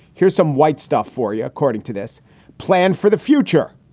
here's some white stuff for you. according to this plan for the future.